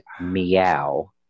meow